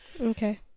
Okay